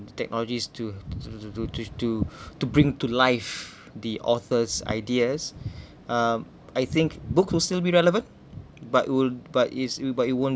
technologies to to to to to to bring to life the author's ideas um I think book will still be relevant but would but it's will but it won't